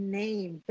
name